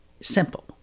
simple